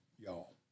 y'all